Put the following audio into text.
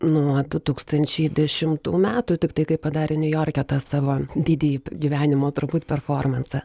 nuo du tūkstančiai dešimtų metų tiktai kai padarė niujorke tą savo didįjį gyvenimo turbūt performensą